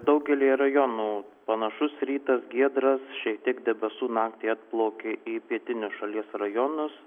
daugelyje rajonų panašus rytas giedras šiek tiek debesų naktį atplaukė į pietinius šalies rajonus